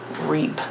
reap